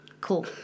Cool